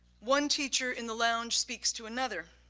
one teacher in the lounge speaks to another.